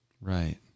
Right